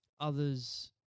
others